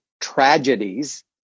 tragedies